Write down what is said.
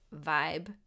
vibe